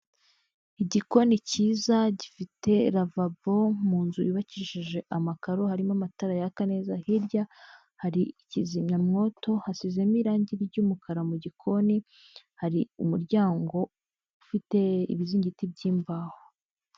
Igikoni cyiza gifite ravabo mu nzu yubakishije amakaro harimo amatara yaka neza, hirya hari kizimyamwoto hasizemo irange ry'umukara mu gikoni, hari umuryango ufite ibiziringiti by'imbaho.